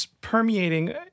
permeating